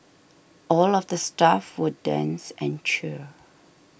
all of the staff will dance and cheer